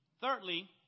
Thirdly